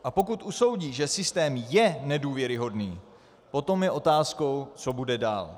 A pokud usoudí, že systém je nedůvěryhodný, potom je otázkou, co bude dál.